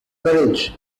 courage